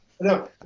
No